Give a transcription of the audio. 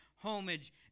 Homage